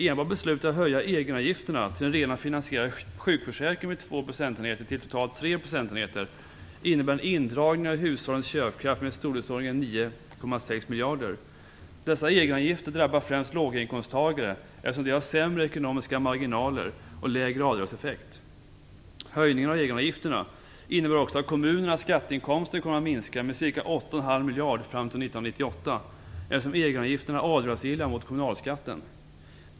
Enbart beslutet att höja egenavgifterna till en redan finansierad sjukförsäkring med två procentenheter till totalt tre procentenheter innebär en indragning av hushållens köpkraft med i storleksordningen 9,6 miljarder. Dessa egenavgifter drabbar främst låginkomsttagare, eftersom de har sämre ekonomiska marginaler och lägre avdragseffekt. Höjningen av egenavgifterna innebär också att kommunernas skatteinkomster kommer att minska med ca 8,5 miljarder fram till 1998, eftersom egenavgifterna är avdragsgilla mot kommunalskatten.